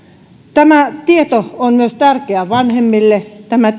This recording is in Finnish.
tämä tieto on tärkeä myös vanhemmille tämä